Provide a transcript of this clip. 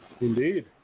Indeed